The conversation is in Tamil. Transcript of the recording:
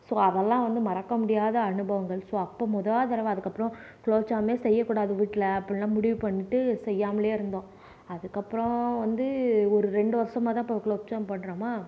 ஸோ அதலாம் வந்து மறக்க முடியாத அனுபவங்கள் ஸோ அப்போ முதல் தடவை அதுக்கப்பறோம் குலோப்ஜாமே செய்யக்கூடாது வீட்டில் அப்பல்லாம் முடிவு பண்ணிட்டு செய்யாமலே இருந்தோம் அதுக்கப்பறோம் வந்து ஒரு ஒரு ரெண்டு வருஷமா தான் இப்ப குலோப்ஜாம் பண்ணுறமா